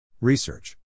Research